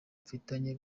mfitanye